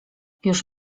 już